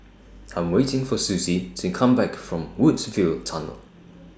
I'm waiting For Suzy to Come Back from Woodsville Tunnel